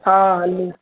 हा हले